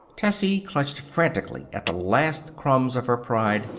tessie clutched frantically at the last crumbs of her pride.